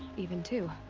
even two?